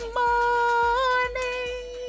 morning